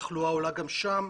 והתחלואה עולה גם שם,